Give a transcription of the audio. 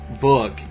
book